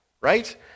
right